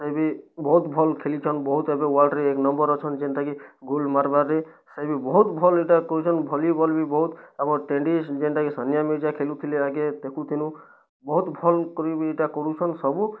ସିଏ ବି ବହୁତ୍ ଭଲ୍ ଖେଲିଛନ୍ ବହୁତ୍ ଏବେ ୱାର୍ଲଡ଼୍ରେ ଏକ୍ ନମ୍ବର୍ ଅଛନ୍ ଯେନ୍ଟା କି ଗୋଲ୍ ମାର୍ବାରେ ସିଏ ବି ବହୁତ୍ ଭଲ୍ ଇ'ଟା କରୁଛନ୍ ଭଲିବଲ୍ ବି ବହୁତ୍ ଆମର୍ ଟେନିସ୍ ଯେନ୍ଟା କି ସାନିଆ ମିର୍ଜା ଖେଲୁଥିଲେ ଆଗେ ଦେଖୁଥିଲୁ ବହୁତ୍ ଭଲ୍ କରି ବି ଇ'ଟା କରୁଛନ୍ ସବୁ